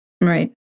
Right